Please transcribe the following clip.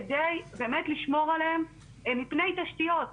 על מנת באמת לשמור עליהם מפני תשתיות.